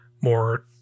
more